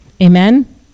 Amen